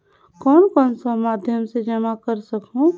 कौन कौन सा माध्यम से जमा कर सखहू?